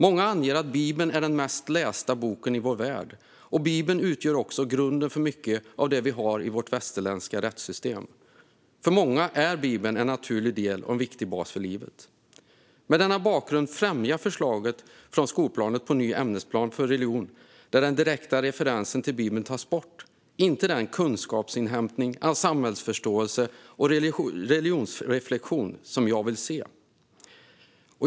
Många anger att Bibeln är den mest lästa boken i vår värld, och Bibeln utgör också grunden för mycket av det som vi har i vårt västerländska rättssystem. För många är Bibeln en naturlig del och en viktig bas för livet. Med denna bakgrund främjar förslaget från Skolverket på ny ämnesplan för religion, där den direkta referensen till Bibeln tas bort, inte den kunskapsinhämtning, samhällsförståelse och religionsreflektion som jag vill se.